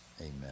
Amen